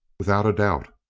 without doubt.